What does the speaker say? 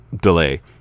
delay